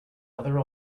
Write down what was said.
other